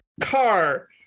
car